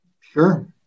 Sure